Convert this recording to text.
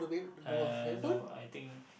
uh no I think